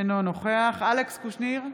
אינו נוכח אלכס קושניר,